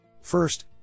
First